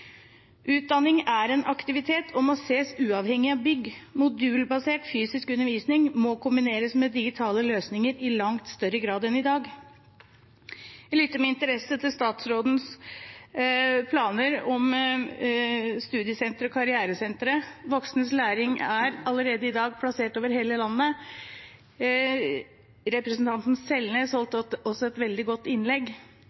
Utdanning er en aktivitet og må ses uavhengig av bygg. Modulbasert fysisk undervisning må kombineres med digitale løsninger i langt større grad enn i dag. Jeg lyttet med interesse til statsrådens planer om studiesentre, karrieresentre. Voksnes læring er allerede i dag plassert over hele landet. Representanten